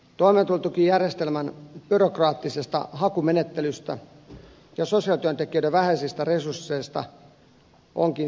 toimeentulotukijärjestelmän byrokraattisesta hakumenettelystä ja sosiaalityöntekijöiden vähäisistä resursseista onkin selkeästi näyttöä